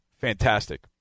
fantastic